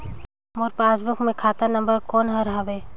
मोर passbook मे खाता number कोन हर हवे?